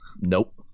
Nope